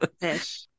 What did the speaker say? Fish